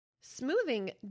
smoothing